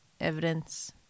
evidence